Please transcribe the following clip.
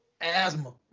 Asthma